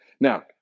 Now